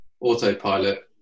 autopilot